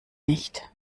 nicht